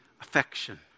affection